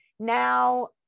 Now